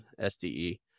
SDE